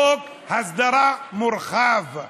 חוק הסדרה מורחב.